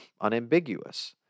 unambiguous